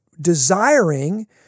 desiring